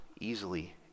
easily